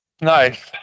Nice